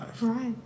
Right